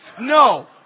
No